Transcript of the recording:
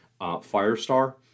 Firestar